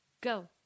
Go